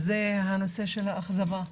זה הנושא של האכזבה.